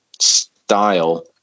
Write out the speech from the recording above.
style